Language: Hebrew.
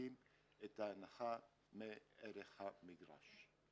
מהווים את ההנחה מערך המגרש.